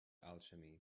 alchemy